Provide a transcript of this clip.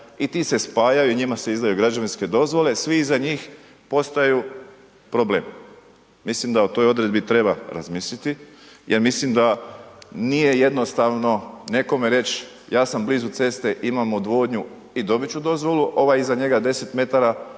i ti se spajaju i njima se izdaju građevinske dozvole, svi iza njih postaju problem. Mislim da o toj odredbi treba razmisliti. Ja mislim da nije jednostavno nekome reć, ja sam blizu ceste, imam odvodnju i dobit ću dozvolu, ovaj iza njega 10 m